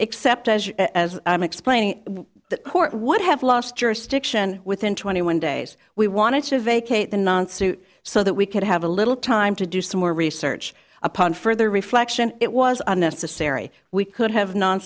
you as i'm explaining the court would have lost jurisdiction within twenty one days we wanted to vacate the non so so that we could have a little time to do some more research upon further reflection it was unnecessary we could have non